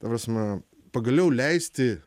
ta prasme pagaliau leisti